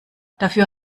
dafür